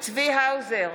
צבי האוזר,